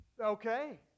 Okay